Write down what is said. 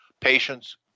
patients